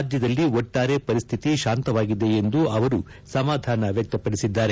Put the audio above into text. ರಾಜ್ಯದಲ್ಲಿ ಒಟ್ಟಾರೆ ಪರಿಸ್ಥಿತಿ ಶಾಂತವಾಗಿದೆ ಎಂದು ಅವರು ಸಮಾಧಾನ ವ್ಚಕ್ತಪಡಿಸಿದ್ದಾರೆ